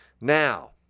Now